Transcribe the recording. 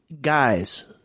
guys